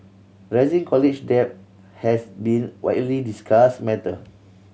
rising college debt has been widely discussed matter